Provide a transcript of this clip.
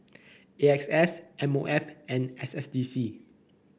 A X S M O F and S S D C